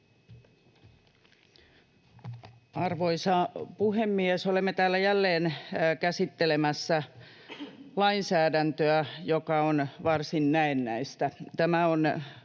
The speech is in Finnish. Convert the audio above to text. Arvoisa puhemies! Olemme täällä jälleen käsittelemässä lainsäädäntöä, joka on varsin näennäistä.